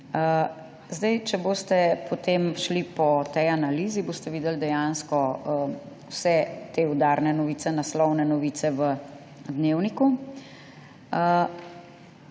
naprej. Če boste potem šli po tej analizi, boste videli vse te udarne novice, naslovne novice v Dnevniku.